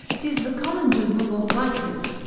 tis the common doom of all writers,